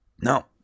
No